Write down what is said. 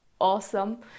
awesome